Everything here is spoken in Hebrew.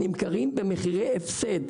נמכרים במחירי הפסד.